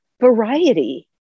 variety